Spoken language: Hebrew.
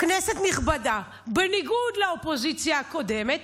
כנסת נכבדה, בניגוד לאופוזיציה הקודמת,